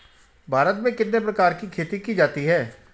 भारत में कितने प्रकार की खेती की जाती हैं?